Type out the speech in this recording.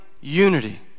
unity